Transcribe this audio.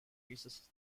pieces